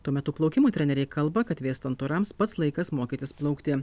tuo metu plaukimo treneriai kalba kad vėstant orams pats laikas mokytis plaukti